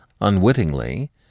Unwittingly